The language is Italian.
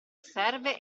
serve